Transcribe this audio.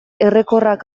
errekorrak